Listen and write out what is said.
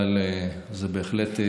אבל זה בהחלט,